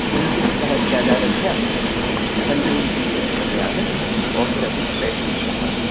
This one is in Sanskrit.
विंशतिसहस्रादारभ्य पञ्चविंशतिसहस्रं यावत् ओफ़रपि प्रेषयिष्यामः